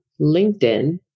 LinkedIn